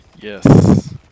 yes